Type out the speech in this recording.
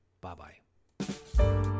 Bye-bye